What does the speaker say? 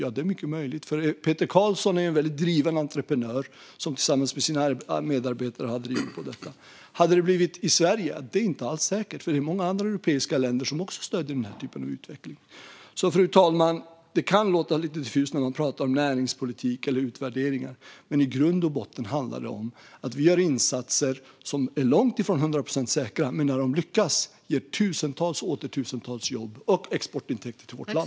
Ja, det är mycket möjligt, för Peter Carlsson är en driven entreprenör som tillsammans med sina medarbetare har drivit på detta. Hade det blivit av i Sverige? Det är inte alls säkert, för det är många andra europeiska länder som också stöder den här typen av utveckling. Fru talman! Det kan låta lite diffust när man pratar om näringspolitik eller utvärderingar. Men i grund och botten handlar det om att vi gör insatser som är långt ifrån hundra procent säkra men som när de lyckas ger tusentals och åter tusentals jobb och exportintäkter till vårt land.